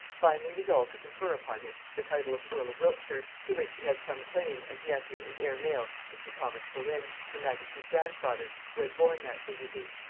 finally resolved to confer upon him the title of earl of wiltshire, to which he had some claim as nephew and heir male to sir thomas boleyn, her majesty's grandfather, who had borne that dignity.